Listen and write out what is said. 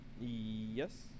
Yes